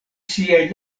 siaj